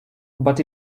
but